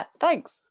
thanks